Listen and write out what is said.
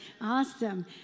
Awesome